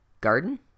garden